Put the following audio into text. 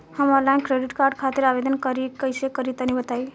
हम online credit card खातिर आवेदन कइसे करि तनि बताई?